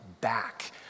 back